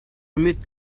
mit